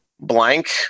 blank